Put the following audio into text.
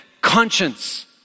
conscience